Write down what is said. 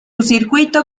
circuito